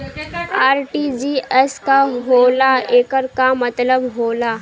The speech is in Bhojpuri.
आर.टी.जी.एस का होला एकर का मतलब होला?